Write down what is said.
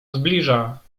zbliża